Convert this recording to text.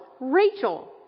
Rachel